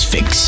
Fix